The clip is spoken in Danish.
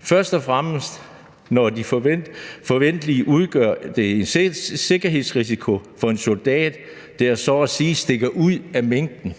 først og fremmest, fordi det forventeligt vil udgøre en sikkerhedsrisiko for en soldat, hvis man så at sige stikker ud fra mængden,